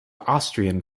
austrian